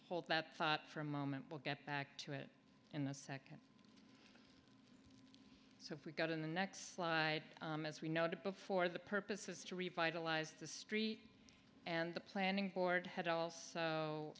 hold that thought for a moment we'll get back to it in a second so if we go to the next slide as we noted before the purpose is to revitalize the street and the planning board had also